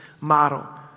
model